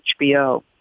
HBO